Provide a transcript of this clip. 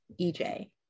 ej